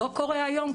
לא קורה היום,